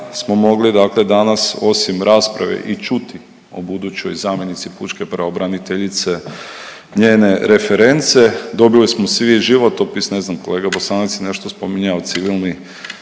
smo mogli dakle danas osim rasprave i čuti o budućoj zamjenici pučke pravobraniteljice, njene reference. Dobili smo svi životopis, ne znam kolega Bosanac je nešto spominjao civilni